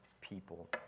people